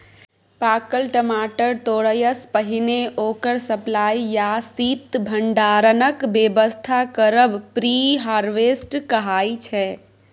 पाकल टमाटर तोरयसँ पहिने ओकर सप्लाई या शीत भंडारणक बेबस्था करब प्री हारवेस्ट कहाइ छै